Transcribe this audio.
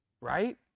right